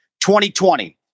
2020